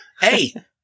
Hey